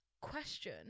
Question